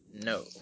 No